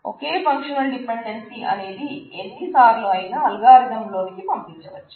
ఒకే functional dependency అనేది ఎన్నిసార్లు అయిన అల్గారిథం లోనికి పంపించవచ్చు